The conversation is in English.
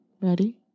ready